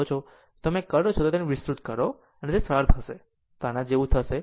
અને જો તમે કરો છો તો અને તેને વિસ્તૃત કરો તે સરળ થશે તે આ જેવું થઈ જશે